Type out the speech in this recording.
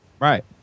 Right